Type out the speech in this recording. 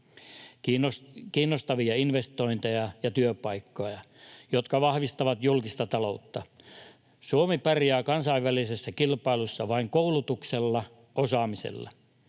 kiinnostavia investointeja ja työpaikkoja, jotka vahvistavat julkista taloutta. Suomi pärjää kansainvälisessä kilpailussa vain koulutuksella ja osaamisella,